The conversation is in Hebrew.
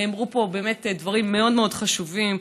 נאמרו פה באמת דברים מאוד מאוד חשובים,